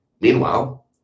Meanwhile